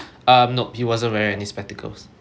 um nope he wasn't wear any spectacles